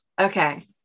Okay